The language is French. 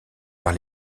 par